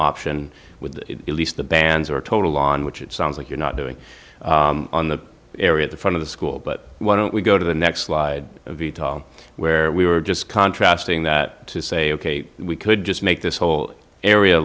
option with at least the bands are total on which it sounds like you're not doing on the area at the front of the school but why don't we go to the next slide of detail where we were just contrast being that to say ok we could just make this whole area